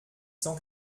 cent